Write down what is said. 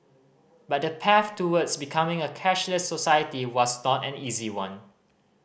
but the path towards becoming a cashless society was not an easy one